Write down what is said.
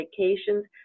vacations